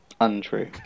Untrue